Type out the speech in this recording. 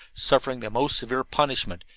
suffering the most severe punishment,